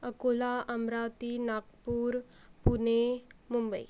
Akola Amravati Nagpur Pune Mumbai